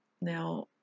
Now